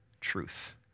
truth